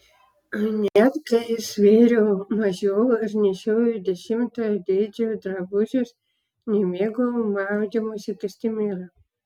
net kai svėriau mažiau ir nešiojau dešimto dydžio drabužius nemėgau maudymosi kostiumėlių